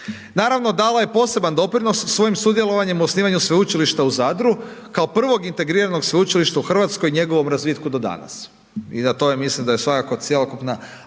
Naravno dalo je poseban doprinos svojim sudjelovanjem u osnivanju Sveučilišta u Zadru, kao prvog pintegriranog sveučilišta u Hrvatskoj i njegovom razvitku do danas